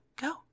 go